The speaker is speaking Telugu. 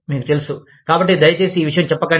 మీకు తెలుసు కాబట్టి దయచేసి ఈ విషయం చెప్పకండి